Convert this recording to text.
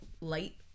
light